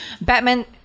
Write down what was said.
Batman